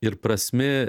ir prasmė